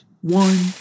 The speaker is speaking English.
One